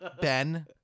Ben